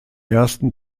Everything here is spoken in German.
ersten